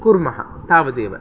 कुर्मः तावदेव